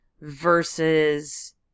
versus